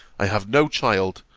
i have no child,